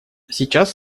сейчас